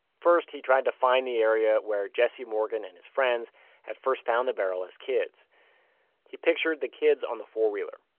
first, he tried to find the area where jesse morgan and his friends had first found the barrel as kids he pictured the kids on the four-wheeler.